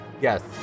Yes